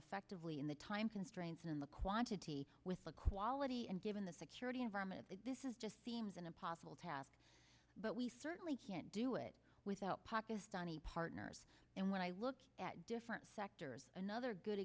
affected in the time constraints and the quantity with quality and given the security environment this is just seems an impossible task but we certainly can't do it without pakistani partners and when i look at different sectors another good